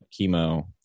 chemo